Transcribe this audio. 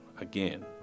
again